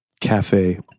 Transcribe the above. cafe